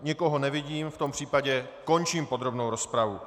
Nikoho nevidím, v tom případě končím podrobnou rozpravu.